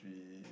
we